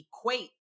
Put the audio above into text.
equate